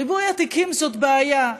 ריבוי התיקים זאת בעיה,